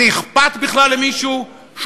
זה אכפת למישהו בכלל?